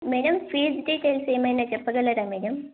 madam fees details ఏమైనా చెప్పగలరా madam